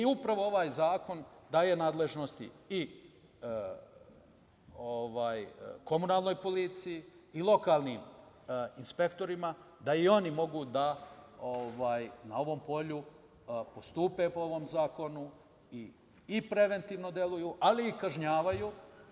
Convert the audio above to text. Upravo ovaj zakon daje nadležnosti i komunalnoj policiji i lokalnim inspektorima da i oni mogu da na ovom polju postupe po ovom zakonu i preventivno deluju, ali i kažnjavaju.